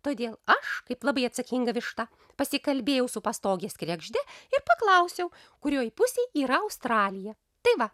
todėl aš kaip labai atsakinga višta pasikalbėjau su pastogės kregždė ir paklausiau kurioj pusėj yra australija tai va